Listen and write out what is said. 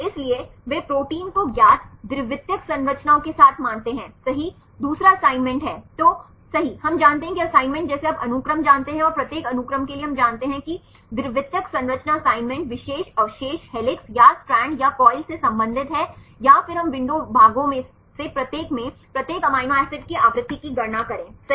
इसलिए वे प्रोटीन को ज्ञात द्वितीयक संरचनाओं के साथ मानते हैंसही दूसरा असाइनमेंट है तो सही हम जानते हैं कि असाइनमेंट जैसे आप अनुक्रम जानते हैं और प्रत्येक अनुक्रम के लिए हम जानते हैं कि द्वितीयक संरचना असाइनमेंट विशेष अवशेष हेलिक्स या स्ट्रैंड या कॉइल से संबंधित है या फिर हम विंडो भागों में से प्रत्येक में प्रत्येक अमीनो एसिड की आवृत्ति की गणना करें सही